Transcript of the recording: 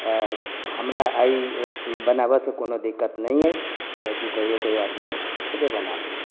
हमरा ई बनाबऽसँ कोनो दिक्कत नहि अछि किआकि कहियौ कहियौ आदमी खुद बना लै छै